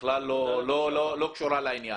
בכלל לא קשורה לעניין.